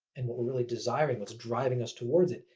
and what we really desire, what is driving us towards it,